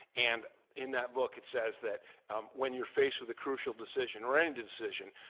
and in that book, it says that when you're faced with crucial decision or any decision,